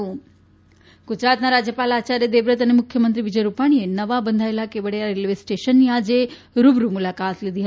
Kevadia railway station ગુજરાતના રાજ્યપાલ આયાર્થ દેવવ્રત અને મુખ્યમંત્રી વિજય રૂપાણીએ નવા બંધાયેલા કેવડીયા રેલવે સ્ટેશનની આજે રૂબરૂ મુલાકાત લીધી